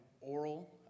oral